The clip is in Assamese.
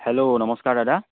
হেল্ল' নমস্কাৰ দাদা